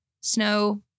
snow